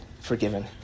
forgiven